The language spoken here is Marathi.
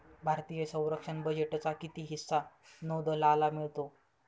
भारतीय संरक्षण बजेटचा किती हिस्सा नौदलाला मिळतो?